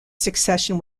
succession